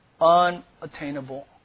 unattainable